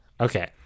Okay